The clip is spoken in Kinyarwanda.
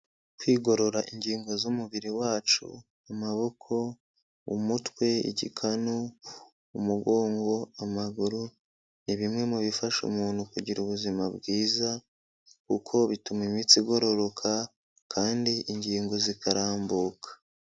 Kwigorora ingingo z'umubiri wacu amaboko, umutwe, igikanu, umugongo, amaguru ni bimwe mu bifasha umuntu kugira ubuzima bwiza kuko bituma imitsi igororoka kandi ingingo zikarambuka.